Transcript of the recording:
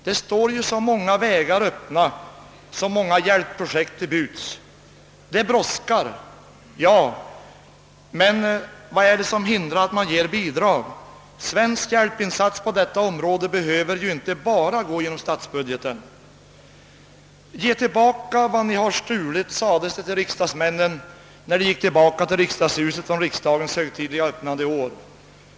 Det står så många vägar öppna, så många hjälpprojekt till buds. Det brådskar men vad hindrar att man på privata vägar ger bidrag? Det är inte nödvändigt att svensk hjälpinsats på detta område enbart går genom statsbudgeten. Ge tillbaka vad ni stulit! sades till riksdagsmännen när de gick tillbaka till riksdagshuset efter riksdagens högtidliga öppnande i år.